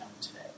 today